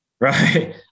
Right